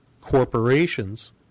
corporations